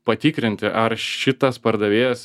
patikrinti ar šitas pardavėjas